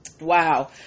Wow